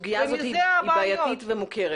הסוגיה הזאת היא בעייתית ומוכרת,